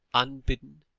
unbidden,